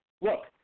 look